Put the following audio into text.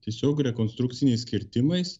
tiesiog rekonstrukciniais kirtimais